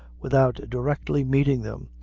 without directly meeting them,